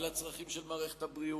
על הצרכים של מערכת הבריאות,